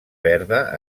verda